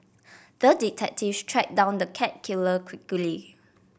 the detective tracked down the cat killer quickly